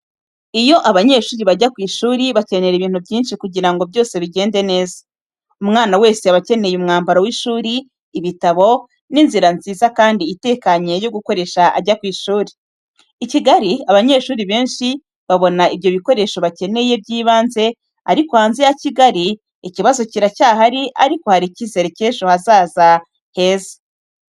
Iyo abanyeshuri bajya ku ishuri, bakenera ibintu byinshi kugira ngo byose bigende neza. Umwana wese aba akeneye umwambaro w’ishuri, ibitabo, n’inzira nziza kandi itekanye yo gukoresha ajya ku ishuri. I Kigali, abanyeshuri benshi babona ibyo bikoresho bakeneye by’ibanze, ariko hanze ya Kigali, ikibazo kiracyahari ariko hari icyizere cy’ejo hazaza heza.